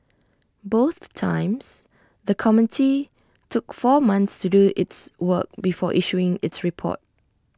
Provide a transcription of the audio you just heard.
both times the committee took four months to do its work before issuing its report